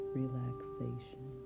relaxation